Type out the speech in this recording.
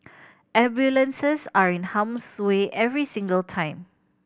ambulances are in harm's way every single time